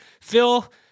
Phil